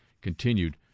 continued